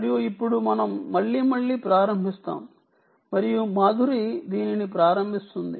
మరియు ఇప్పుడు మనం మళ్ళీ ప్రారంభిస్తాము మరియు మాధురి దీనిని ప్రారంభిస్తుంది